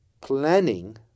planning